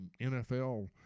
NFL